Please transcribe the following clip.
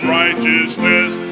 righteousness